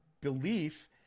belief